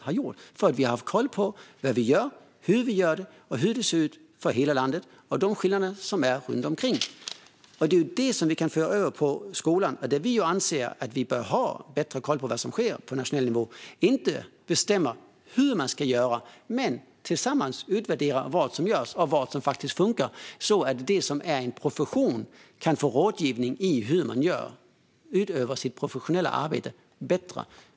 Vi har nämligen haft koll på vad vi gör, hur vi gör det, hur det ser ut för hela landet och vilka skillnader som finns. Detta anser vi att vi bör föra över på skolan för att få bättre koll på vad som sker på nationell nivå. Det handlar inte om att bestämma hur man ska göra utan om att tillsammans utvärdera vad som görs och vad som faktiskt funkar, så att de som är i en profession kan få rådgivning i hur man utövar sitt professionella arbete bättre.